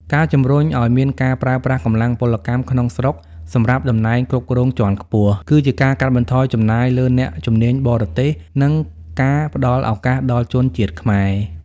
ការជំរុញឱ្យមានការប្រើប្រាស់កម្លាំងពលកម្មក្នុងស្រុកសម្រាប់តំណែងគ្រប់គ្រងជាន់ខ្ពស់ គឺជាការកាត់បន្ថយចំណាយលើអ្នកជំនាញបរទេស និងការផ្ដល់ឱកាសដល់ជនជាតិខ្មែរ។